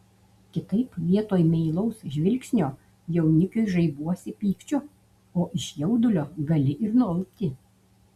kitaip vietoj meilaus žvilgsnio jaunikiui žaibuosi pykčiu o iš jaudulio gali ir nualpti